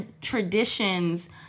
traditions